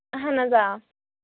اَہَن حظ آ